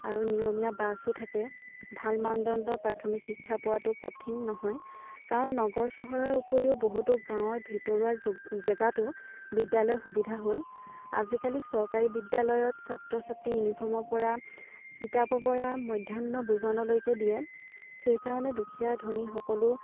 আৰু নিয়মীয়া বাছো থাকে ভাল মানদণ্ডৰ প্ৰাথমিক শিক্ষা পোৱাটো কঠিন নহয় কাৰণ নগৰ চহৰৰ ওপৰিও বহুতো গাঁৱৰ ভিতৰুৱা জোগ জেগাতো বিদ্যালয় সুবিধা হ'ল আজিকালি চৰকাৰী বিদ্যালয়ত ছাত্ৰ ছাত্ৰী ইউনিফৰ্মৰ পৰা কিতাপৰ পৰা মধ্য়াহ্ন ভোজনলৈকে দিয়ে সেইকাৰণে দুখীয়া ধনী সকলো